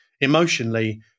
emotionally